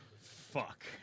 Fuck